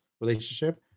relationship